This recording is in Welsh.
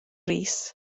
rees